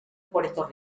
puerto